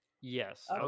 Yes